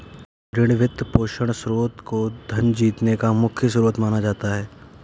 आज ऋण, वित्तपोषण स्रोत को धन जीतने का मुख्य स्रोत माना जाता है